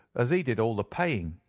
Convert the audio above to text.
as he did all the paying.